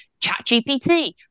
ChatGPT